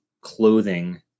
clothing